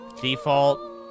Default